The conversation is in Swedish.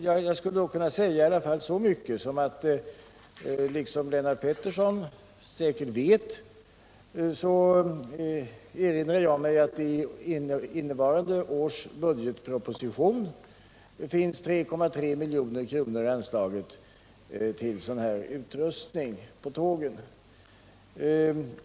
Jag skulle i alla fall kunna säga så mycket som att i innevarande års budgetproposition har — som Lennart Pettersson säkert vet — 3,3 milj.kr. anslagits till sådan här utrustning.